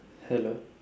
hello